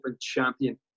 champion